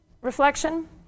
reflection